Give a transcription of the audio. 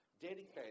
dedicated